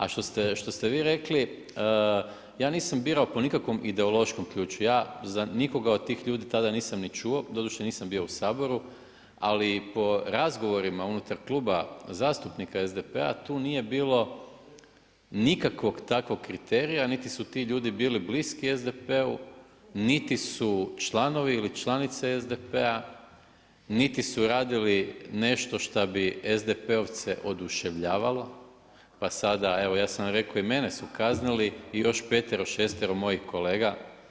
A što ste vi rekli, ja nisam biramo po nikakvom ideološkom ključu, ja za nikoga od tih ljudi tada nisam ni čuo, doduše nisam bio u Saboru, ali po razgovorima unutar Kluba zastupnika SDP-a tu nije bilo nikakvog takvog kriterija, niti su ti ljudi bili bliski SDP-u niti su članovi ili članice SDP-a niti su radili nešto šta bi SDP-ovce oduševljavalo pa sada evo ja sam rekao i mene su kaznili i još 5, 6 mojih kolega.